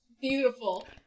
beautiful